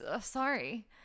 sorry